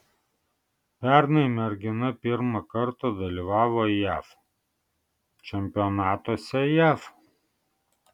pernai mergina pirmą kartą dalyvavo jav čempionatuose jav